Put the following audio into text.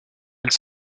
elle